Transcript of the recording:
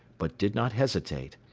but did not hesitate.